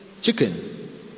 chicken